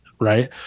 Right